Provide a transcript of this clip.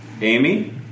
Amy